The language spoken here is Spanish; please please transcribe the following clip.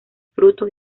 fruto